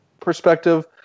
perspective